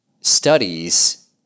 studies